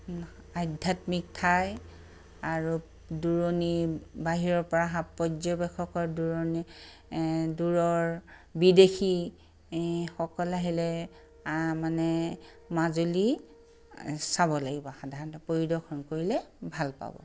আধ্যাত্মিক ঠাই আৰু দূৰণিৰ বাহিৰৰ পৰা অহা পৰ্যবেক্ষকৰ দূৰণিৰ দূৰৰ বিদেশীসকল আহিলে মানে মাজুলী চাব লাগিব সাধাৰণতে পৰিদৰ্শন কৰিলে ভাল পাব